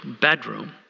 bedroom